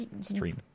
stream